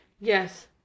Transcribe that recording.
Yes